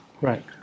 Right